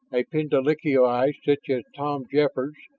a pinda-lick-o-yi such as tom jeffords,